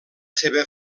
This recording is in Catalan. seva